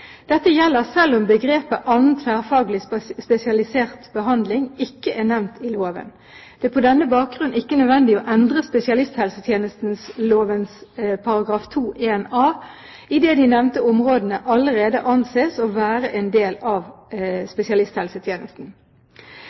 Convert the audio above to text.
Dette gjelder selv om begrepet «annen tverrfaglig spesialisert behandling» ikke er nevnt i loven. Det er på denne bakgrunn ikke nødvendig å endre spesialisthelsetjenesteloven § 2-1a, idet de nevnte områdene allerede anses å være en del av spesialisthelsetjenesten.